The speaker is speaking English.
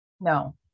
No